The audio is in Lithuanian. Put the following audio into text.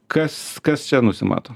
kas kas čia nusimato